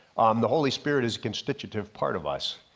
um the holy spirit is constitutive part of us.